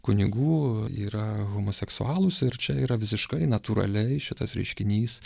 kunigų yra homoseksualūs ir čia yra visiškai natūraliai šitas reiškinys